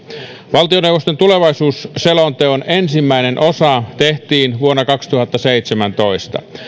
valtioneuvoston tulevaisuusselonteon ensimmäinen osa tehtiin vuonna kaksituhattaseitsemäntoista